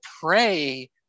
pray